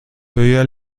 höher